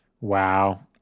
Wow